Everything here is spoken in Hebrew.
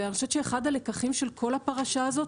אני חושבת שאחד הלקחים של כל הפרשה הזאת,